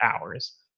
hours